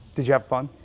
did you have fun?